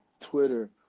Twitter